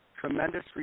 tremendous